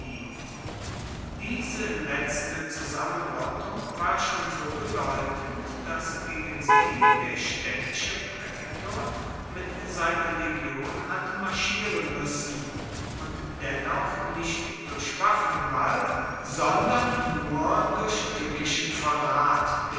diese letzte zusammenrottung war schon so bedeutend daß gegen sie der städtische prätor mit seiner legion hatte marschieren müssen und dennoch nicht durch waffengewalt sondern nur durch tückischen verrat